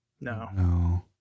No